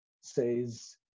says